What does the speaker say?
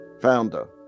founder